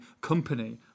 company